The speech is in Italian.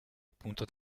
appunto